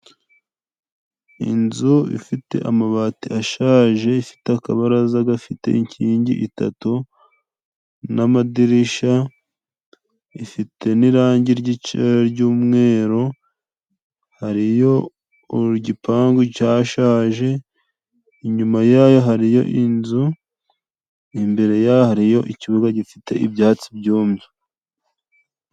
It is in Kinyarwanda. Inzu ifite amabati ashaje, ifite akabaraza gafite inkingi itatu n'amadirisha. Ifite n'irangi ry'umweru, hari yo igipangu cyashaje, inyuma yayo har iyo inzu, imbere ya yo hari yo ikibuga gifite ibyatsi byumye.